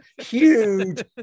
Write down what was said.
huge